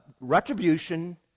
retribution-